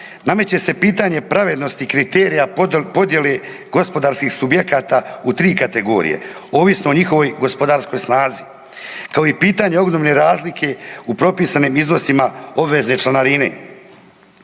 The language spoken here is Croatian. nameće se pitanje pravednosti kriterija podjele gospodarskih subjekata u tri kategorije ovisno o njihovoj gospodarskoj snazi kao i pitanje ogromne razlike u propisanim iznosima obvezne članarine.